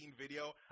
video